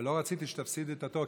ולא רציתי שתפסיד את התור,